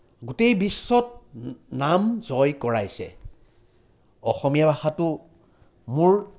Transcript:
গোটেই বিশ্বত নাম জয় কৰাইছে অসমীয়া ভাষাটো মোৰ